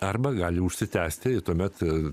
arba gali užsitęsti tuomet